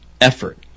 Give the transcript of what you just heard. effort